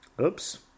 oops